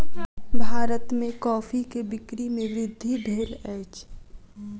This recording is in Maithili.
भारत में कॉफ़ी के बिक्री में वृद्धि भेल अछि